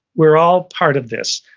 we're all part of this.